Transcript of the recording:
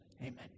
Amen